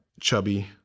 chubby